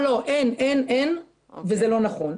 אין וזה לא נכון.